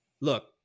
look